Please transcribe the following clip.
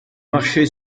marcher